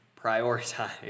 prioritize